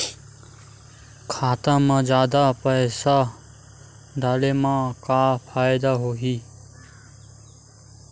खाता मा जादा पईसा डाले मा का फ़ायदा होही?